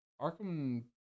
Arkham